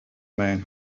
man